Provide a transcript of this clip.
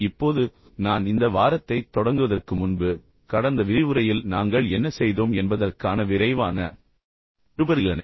இப்போது நான் இந்த வாரத்தைத் தொடங்குவதற்கு முன்பு கடந்த விரிவுரையில் நாங்கள் என்ன செய்தோம் என்பதற்கான விரைவான மறுபரிசீலனை